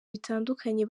bitandukanye